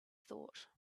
thought